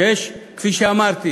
שיש, כפי שאמרתי,